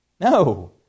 No